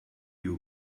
you